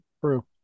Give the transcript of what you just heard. True